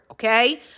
Okay